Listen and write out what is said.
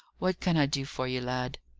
what can i do for you, lad?